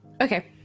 Okay